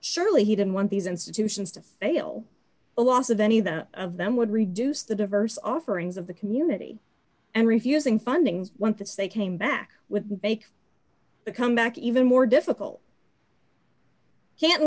surely he didn't want these institutions to fail a loss of any of them of them would reduce the diverse offerings of the community and refusing funding once they came back with make the comeback even more difficult can